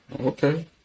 Okay